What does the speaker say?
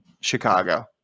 Chicago